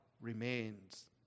remains